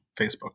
Facebook